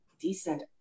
decent